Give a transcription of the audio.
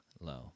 low